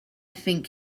think